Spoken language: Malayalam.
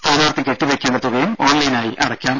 സ്ഥാനാർത്ഥി കെട്ടിവെയ്ക്കേണ്ട തുകയും ഓൺലൈനായി അടയ്ക്കാം